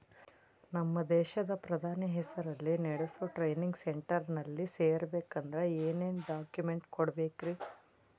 ನಮ್ಮ ದೇಶದ ಪ್ರಧಾನಿ ಹೆಸರಲ್ಲಿ ನೆಡಸೋ ಟ್ರೈನಿಂಗ್ ಸೆಂಟರ್ನಲ್ಲಿ ಸೇರ್ಬೇಕಂದ್ರ ಏನೇನ್ ಡಾಕ್ಯುಮೆಂಟ್ ಕೊಡಬೇಕ್ರಿ?